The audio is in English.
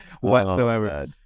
whatsoever